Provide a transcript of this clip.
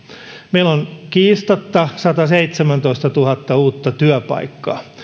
meillä on kiistatta sataseitsemäntoistatuhatta uutta työpaikkaa